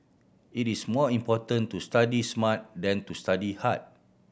it is more important to study smart than to study hard